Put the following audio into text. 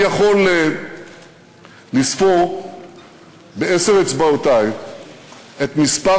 אני יכול לספור בעשר אצבעותי את מספר